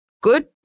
good